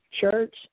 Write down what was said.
church